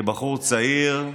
כבחור צעיר,